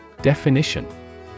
Definition